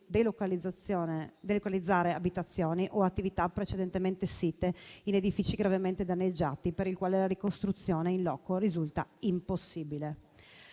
delocalizzare abitazioni o attività precedentemente site in edifici gravemente danneggiati, per i quali la ricostruzione *in loco* risulta impossibile.